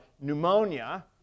pneumonia